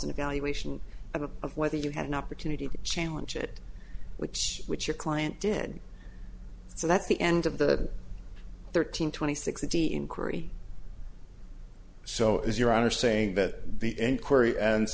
an evaluation of whether you had an opportunity to challenge it which which your client did so that's the end of the thirteen twenty sixty inquiry so is your honor saying that the inquiry and